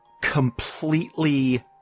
completely